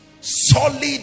Solid